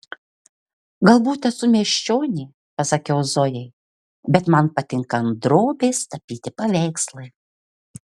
galbūt esu miesčionė pasakiau zojai bet man patinka ant drobės tapyti paveikslai